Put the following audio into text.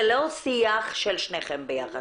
זה לא שיח של שניכם ביחד.